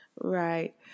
Right